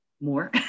more